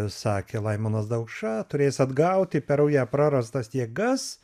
sakė laimonas daukša turės atgauti per rują prarastas jėgas